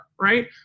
right